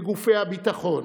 בגופי הביטחון,